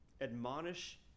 Admonish